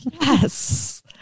Yes